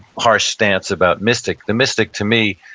harsh stance about mystic, the mystic, to me,